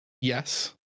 Yes